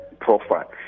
profile